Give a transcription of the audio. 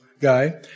guy